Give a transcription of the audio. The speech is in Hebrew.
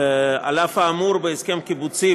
על אף האמור בהסכם קיבוצי,